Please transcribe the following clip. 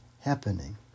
happening